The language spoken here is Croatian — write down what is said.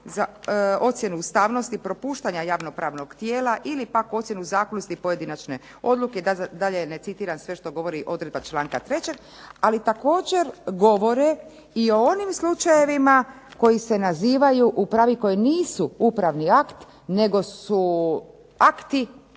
za ocjenu ustavnosti propuštanja javno-pravnog tijela ili pak ocjenu zakonitosti pojedinačne odluke, da dalje ne citiram sve što govori odredba članka 3. ali također govore i o onim slučajevima koji se nazivaju upravni koji nisu upravni akt nego su akti